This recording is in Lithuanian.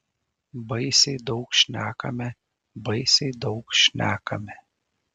baisiai daug šnekame baisiai daug šnekame